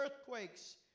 earthquakes